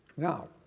Now